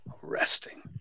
Resting